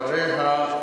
אחריה,